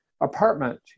apartment